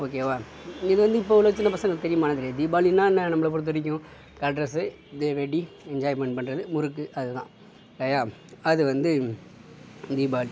ஓகேவா இது வந்து இப்போ உள்ள சின்ன பசங்களுக்கு தெரியுமானால் கிடையாது தீபாவளினா என்ன நம்மளை பொறுத்தவரைக்கும் கலர் ட்ரெஸ்ஸு வெடி என்ஜாய்மண்ட் பண்ணுறது முறுக்கு அதுதான் சரியா அது வந்து தீபாளி